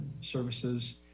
services